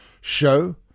show